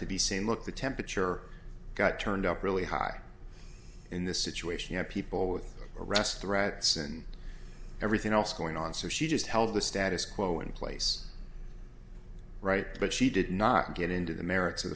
to be saying look the temperature got turned up really high in the situation of people with arrest threats and everything else going on so she just held the status quo in place right but she did not get into the merits of